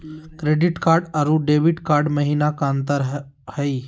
Credit card अरू debit card महिना का अंतर हई?